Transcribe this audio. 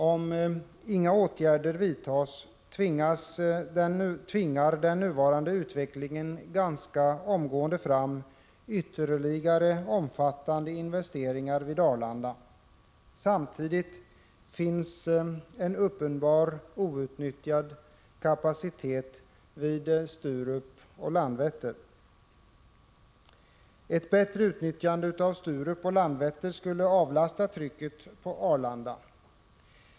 Om inga åtgärder vidtas tvingar den nuvarande utvecklingen ganska omgående fram ytterligare omfattande investeringar vid Arlanda. Samtidigt finns en uppenbar outnyttjad kapacitet vid Sturup och Landvetter. Ett bättre utnyttjande av Sturup och Landvetter skulle avlasta trycket på Arlanda.